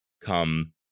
come